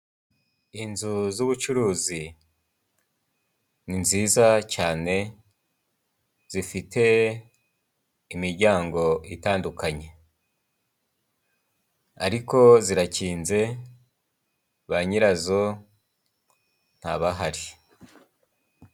Inzu z'ubucuruzi ni nziza cyane, zifite imiryango itandukanye ariko zirakinze, ba nyira zo ntabahari.